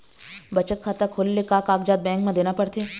बचत खाता खोले ले का कागजात बैंक म देना पड़थे?